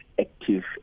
active